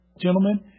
Gentlemen